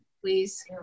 please